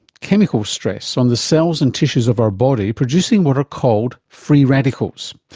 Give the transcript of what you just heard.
chemical stress on the cells and tissues of our body producing what are called free radicals.